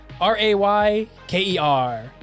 R-A-Y-K-E-R